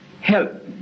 help